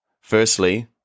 firstly